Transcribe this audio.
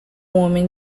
homem